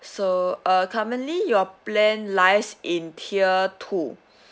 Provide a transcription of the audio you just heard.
so uh currently your plan lies in tier two